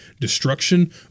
destruction